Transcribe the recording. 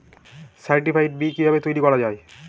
Certified বি কিভাবে তৈরি করা যায়?